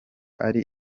ari